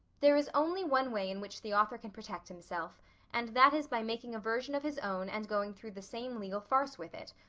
there is only one way in which the author can protect himself and that is by making a version of his own and going through the same legal farce with it.